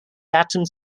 atoms